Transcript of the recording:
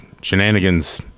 Shenanigans